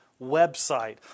website